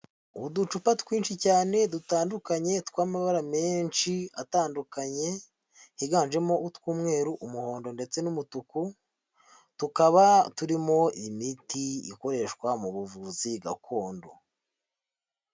Uducupa twinshi cyane dutandukanye tw'amabara menshi atandukanye, higanjemo utw'umweru, umuhondo ndetse n'umutuku, tukaba turimo imiti ikoreshwa mu buvuzi gakondo.